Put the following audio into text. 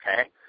okay